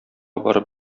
барып